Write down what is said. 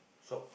shop